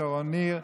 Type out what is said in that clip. שרון ניר,